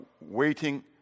waiting